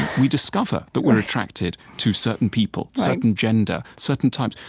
we discover that we're attracted to certain people, certain gender, certain times.